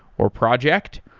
or project.